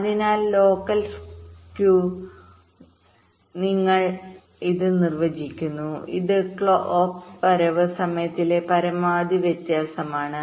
അതിനാൽ local skew ഞങ്ങൾ ഇത് നിർവ്വചിക്കുന്നു ഇത് ക്ലോക്ക് വരവ് സമയത്തിലെ പരമാവധി വ്യത്യാസമാണ്